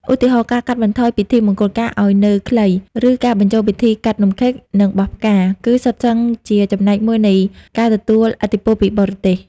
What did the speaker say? ឧទាហរណ៍ ការកាត់បន្ថយពិធីមង្គលការឱ្យនៅខ្លី ឬការបញ្ចូលពិធីកាត់នំខេក និងបោះផ្កា គឺសុទ្ធសឹងជាចំណែកមួយនៃការទទួលឥទ្ធិពលពីបរទេស។